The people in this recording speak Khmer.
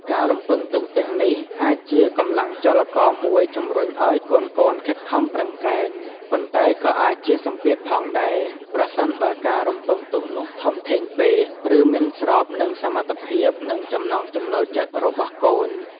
ការរំពឹងទុកទាំងនេះអាចជាកម្លាំងចលករមួយជំរុញឲ្យកូនៗខិតខំប្រឹងប្រែង ប៉ុន្តែក៏អាចជាសម្ពាធផងដែរ ប្រសិនបើការរំពឹងទុកនោះធំធេងពេក ឬមិនស្របនឹងសមត្ថភាព និងចំណង់ចំណូលចិត្តរបស់កូន។